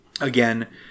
Again